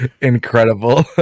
incredible